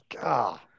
God